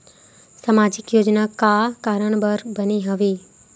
सामाजिक योजना का कारण बर बने हवे?